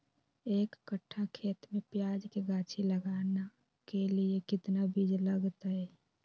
एक कट्ठा खेत में प्याज के गाछी लगाना के लिए कितना बिज लगतय?